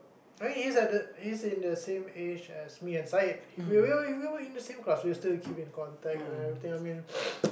I think he's the at the he's in the same age as me and Sahid we were we were in the same class we still keep in contact and everything I mean